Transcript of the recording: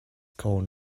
called